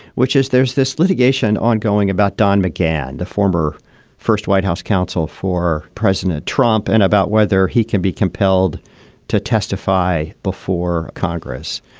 which is there's this litigation ongoing about don mcgann, the former first white house counsel for president trump, and about whether he can be compelled to testify before congress.